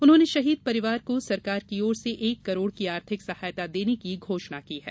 उन्होंने शहीद परिवार को सरकार की ओर से एक करोड़ की आर्थिक सहायता देने की घोषणा की है